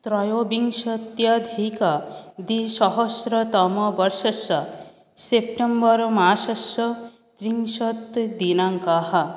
त्रयोविंशत्यधिक द्विसहस्रतमवर्षस्य सेप्टेम्बर्मासस्य त्रिंशद्दिनाङ्कः